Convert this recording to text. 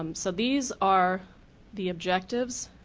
um so these are the objectives.